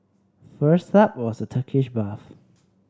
first up was the Turkish bath